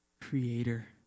creator